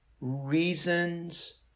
reasons